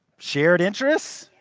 shared interest,